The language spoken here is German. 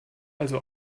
also